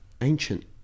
ancient